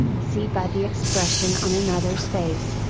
see by the expression on another's face,